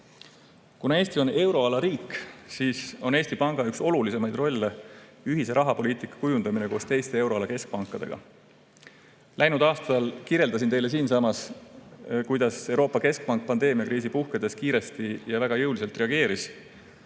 Kuna Eesti on euroala riik, siis on Eesti Panga üks olulisimaid rolle ühise rahapoliitika kujundamine koos teiste euroala keskpankadega. Läinud aastal kirjeldasin teile siinsamas, kuidas Euroopa Keskpank pandeemiakriisi puhkedes kiiresti ja väga jõuliselt reageeris,